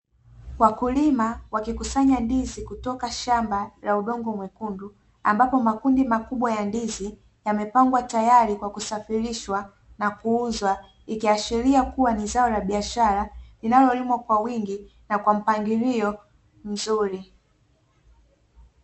Wakulima wakikusanya ndizi kutoka shamba la udongo mwekundu ambapo makundi makubwa ya ndizi yamepangwa tayari kwa kusafirishwa na kuuzwa. Ikiashiria kuwa ni zao la biashara linalolimwa kwa wingi na kwa mpangilio mzuri.